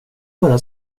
bara